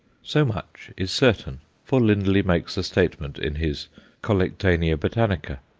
so much is certain, for lindley makes the statement in his collectanea botanica.